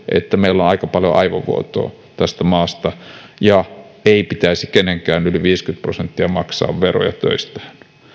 että meillä on aika paljon aivovuotoa tästä maasta ja ei pitäisi kenenkään yli viittäkymmentä prosenttia maksaa veroja töistään